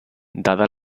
dada